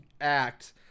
act